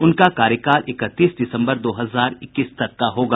उनका कार्यकाल इकतीस दिसम्बर दो हजार इक्कीस तक का होगा